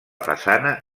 façana